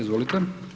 Izvolite.